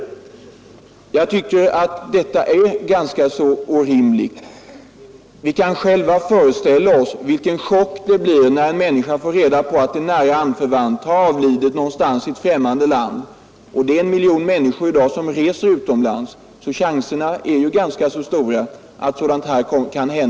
Jag tycker att detta är ganska orimligt. Vi kan föreställa oss vilken chock det blir när en människa får reda på att en nära anförvant har avlidit någonstans i ett främmande land. Och det är 1 miljon svenskar som varje år reser utomlands, så riskerna är ganska stora att sådant här händer.